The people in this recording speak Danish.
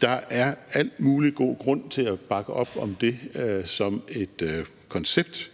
Der er al mulig god grund til at bakke op om det som et koncept,